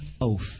oath